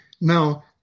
now